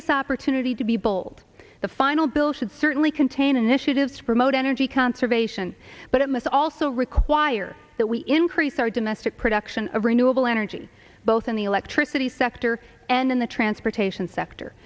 this opportunity to be bold the final bill should certainly contain initiatives to promote energy conservation but it must also require that we increase our domestic production of renewable energy both in the electricity sector and in the transportation sector